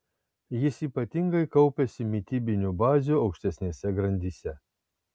jis ypatingai kaupiasi mitybinių bazių aukštesnėse grandyse